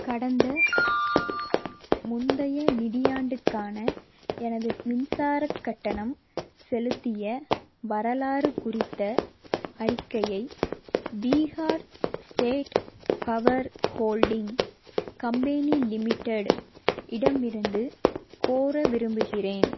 கடந்த முந்தைய நிதியாண்டுக்கான எனது மின்சாரக் கட்டணம் செலுத்திய வரலாறு குறித்த அறிக்கையை Bihar State Power Holding Company Limited இடமிருந்து கோர விரும்புகிறேன்